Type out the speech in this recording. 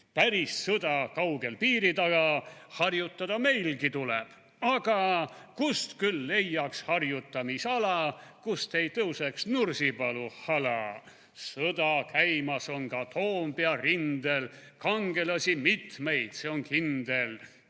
Päris sõda kaugel piiri taga, / harjutada meilgi tuleb, aga / kust küll leiaks harjutamisala, / kust ei tõuseks Nursipalu hala? / Sõda käimas on ka Toompea rindel, / kangelasi mitmeid, see on kindel.